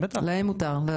להם מותר.